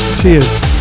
Cheers